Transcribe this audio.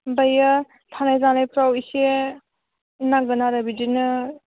ओमफ्राय थानाय जानायफ्राव इसे नांगोन आरो बिदिनो